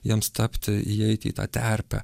jiems tapti įeiti į tą terpę